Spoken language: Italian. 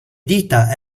dita